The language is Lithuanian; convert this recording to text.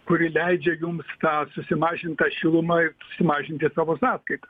kuri leidžia jums tą susimažintą šilumą susimažinti savo sąskaita